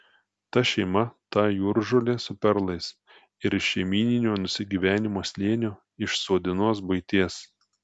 ta šeima ta jūržolė su perlais ir iš šeimyninio nusigyvenimo slėnio iš suodinos buities